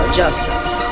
justice